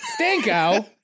Stinko